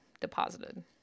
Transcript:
deposited